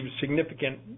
significant